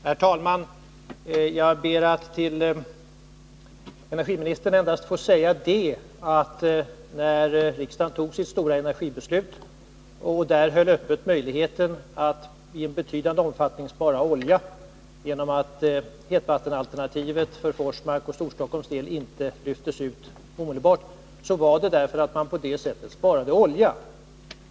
Herr talman! Jag ber att till energiministern endast få säga att anledningen till att riksdagen fattade sitt stora energibeslut, där man höll möjligheten att i en betydande omfattning spara olja öppen genom att hetvattensalternativet för Forsmarks och Storstockholms del inte lyftes ut omedelbart, var att man på det sättet kunde spara olja.